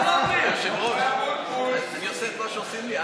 אני עושה מה שעושים לי.